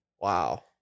Wow